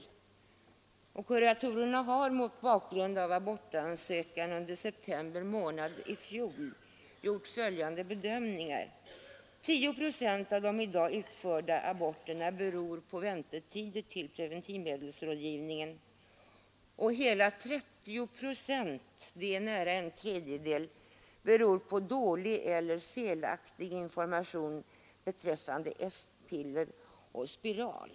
Kuratorerna har mot bakgrund av abortansökningarna under september månad i fjol gjort följande bedömningar: 10 procent av de i dag utförda aborterna beror på väntetiden för preventivmedelsrådgivning. Hela 30 procent eller nära en tredjedel beror på dålig eller felaktig information beträffande p-piller och spiral.